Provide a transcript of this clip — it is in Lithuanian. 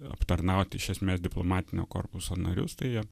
aptarnauti iš esmės diplomatinio korpuso narius tai jie